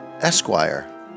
esquire